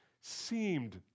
seemed